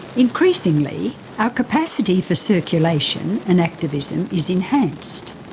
increasingly, our capacity for circulation and activism is enhanced.